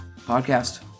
Podcast